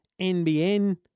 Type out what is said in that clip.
NBN